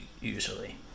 usually